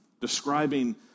describing